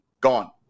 gone